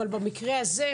אבל במקרה הזה,